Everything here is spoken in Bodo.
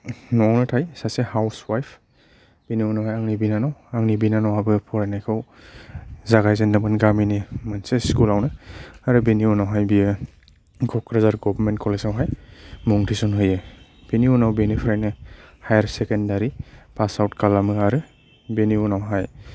न'आवनो थायो सासे हाउसइवाइफ बेनि उनावहाय आंनि बिनानाव आंनि बिनानावआबो फरायनायखौ जागायजेनदोंमोन गामिनि मोनसे स्कुलआवनो आरो बेनि उनावहाय बियो क'क्राझार गभर्नमेन्ट कलेजआवहाय मुं थिसनहैयो बेनि उनाव बेनिफ्रायनो हायार सेकेन्डारि पास आउट खालामो आरो बेनि उनावहाय